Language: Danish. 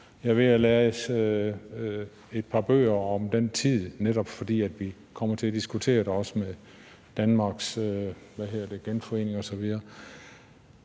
Jeg er ved at læse et par bøger om den tid, netop fordi vi kommer til at diskutere det, også i forhold til Danmarks genforening osv.